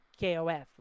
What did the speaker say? kof